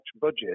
budget